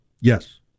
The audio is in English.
Yes